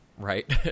right